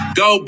go